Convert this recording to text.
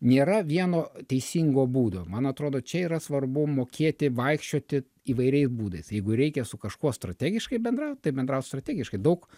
nėra vieno teisingo būdo man atrodo čia yra svarbu mokėti vaikščioti įvairiais būdais jeigu reikia su kažkuo strategiškai bendraut tai bendraut strategiškai daug